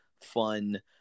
fun